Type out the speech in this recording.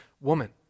woman